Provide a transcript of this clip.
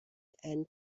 and